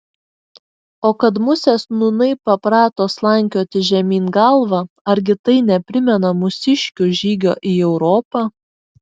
o kad musės nūnai paprato slankioti žemyn galva argi tai neprimena mūsiškių žygio į europą